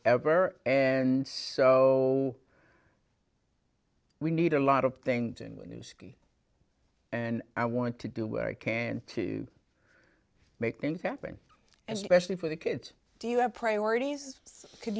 ever and so we need a lot of things and when you ski and i want to do where i can to make things happen and specially for the kids do you have priorities